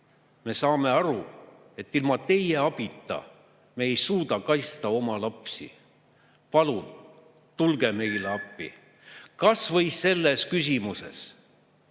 Me saame aru, et ilma teie abita me ei suuda oma lapsi kaitsta. Palun tulge meile appi kas või selles küsimuses,